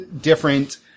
different